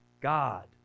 God